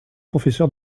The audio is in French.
professeur